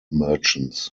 merchants